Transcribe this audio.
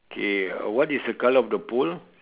okay what is the colour of the pole